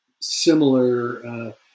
similar